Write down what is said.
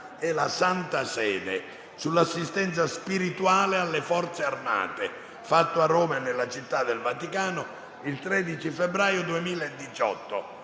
e la Santa Sede sull'assistenza spirituale alle Forze Armate, fatto a Roma e nella Città del Vaticano il 13 febbraio 2018,